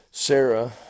Sarah